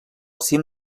cim